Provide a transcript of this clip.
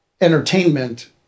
entertainment